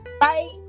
Bye